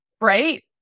right